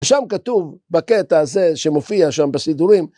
ושם כתוב בקטע הזה שמופיע שם בסידורים,